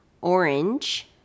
orange